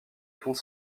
pont